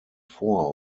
vor